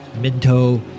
Minto